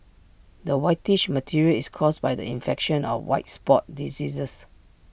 the whitish material is caused by the infection of white spot diseases